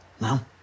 now